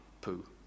poo